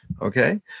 Okay